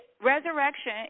resurrection